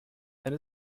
and